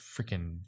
freaking